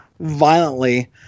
violently